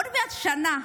עוד מעט שנה.